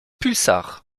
pulsar